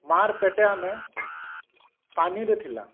ମାର୍ ପେଟେ ଆମେ ପାନିରେ ଥିଲା